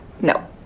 No